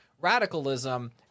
radicalism